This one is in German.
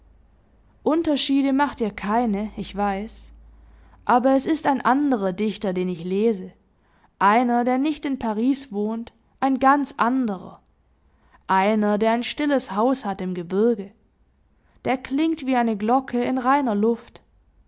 unterschiede macht ihr keine ich weiß aber es ist ein anderer dichter den ich lese einer der nicht in paris wohnt ein ganz anderer einer der ein stilles haus hat im gebirge der klingt wie eine glocke in reiner luft